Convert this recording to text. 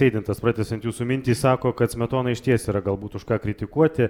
eidintas pratęsiant jūsų mintį sako kad smetoną išties yra galbūt už ką kritikuoti